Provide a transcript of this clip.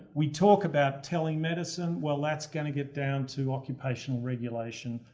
we talk about telling medicine, well that's gonna get down to occupational regulation,